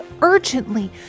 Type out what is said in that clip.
urgently